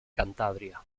cantabria